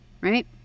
right